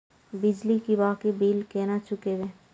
बिजली की बाकी बील केना चूकेबे?